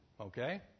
Okay